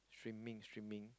streaming streaming